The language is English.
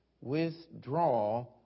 withdraw